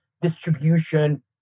distribution